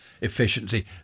efficiency